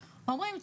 אומרים,